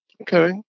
Okay